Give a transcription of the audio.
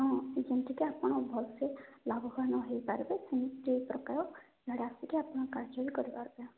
ହଁ ଯେମିତି କି ଆପଣ ଭଲସେ ଲାଭବାନ ହେଇପାରିବେ ସେମିତି ପ୍ରକାର ଇଆଡ଼େ ଆସିକି ଆପଣ କାର୍ଯ୍ୟ ବି କରିପାରିବେ